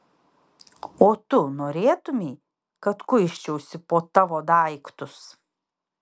o tu norėtumei kad kuisčiausi po tavo daiktus